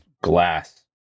glass